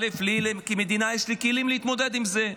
לי כמדינה יש כלים להתמודד עם זה.